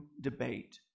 debate